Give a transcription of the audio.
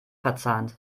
verzahnt